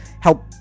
help